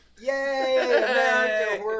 Yay